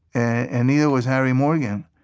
and neither was harry morgan,